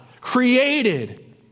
created